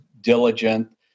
diligent